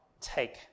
take